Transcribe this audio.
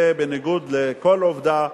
זה בניגוד לכל עובדה.